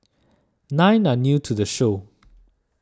nine are new to the show